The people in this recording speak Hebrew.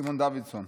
סימון דוידסון.